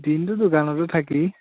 দিনটো দোকানতে থাকি